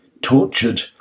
tortured